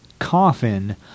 coffin